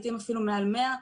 לעתים אפילו מעל 100 דציבל.